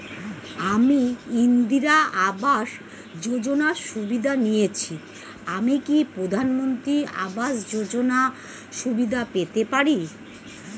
আমি ইন্দিরা আবাস যোজনার সুবিধা নেয়েছি আমি কি প্রধানমন্ত্রী আবাস যোজনা সুবিধা পেতে পারি?